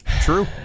True